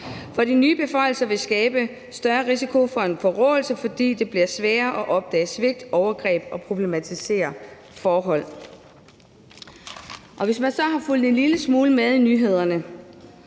»For de nye beføjelser vil skabe større risiko for en forråelse, fordi det bliver sværere at opdage svigt, overgreb og problematiske forhold.« Hvis man så har fulgt en lille smule med i nyhederne,